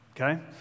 okay